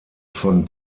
von